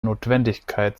notwendigkeit